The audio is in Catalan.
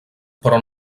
però